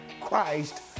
Christ